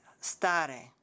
stare